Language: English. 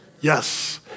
Yes